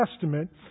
Testament